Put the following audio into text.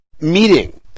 meeting